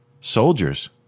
Soldiers